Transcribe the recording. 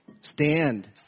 stand